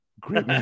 Great